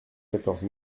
quatorze